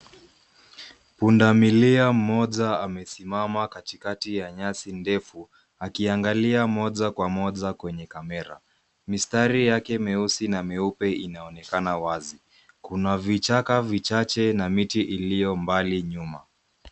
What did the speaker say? Pundamilia mmoja amesimama katikati ya nyasi ndefu akiangalia moja kwa moja kwenye kamera. Mistari yake myeupe na myeusi inaonekana wazi. Kuna vichaka vichache na miti iliyo mbali nyuma.